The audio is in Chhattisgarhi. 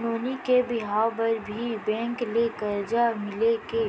नोनी के बिहाव बर भी बैंक ले करजा मिले के